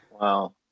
Wow